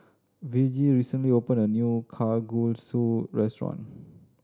Virgie recently opened a new Kalguksu restaurant